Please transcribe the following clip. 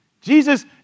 Jesus